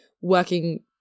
working